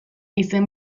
izen